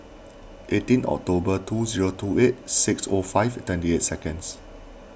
eighteen October two zero two eight six O five twenty eight seconds